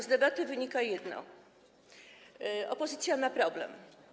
Z debaty wynika jedno: opozycja ma problem.